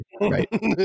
right